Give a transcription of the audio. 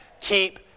keep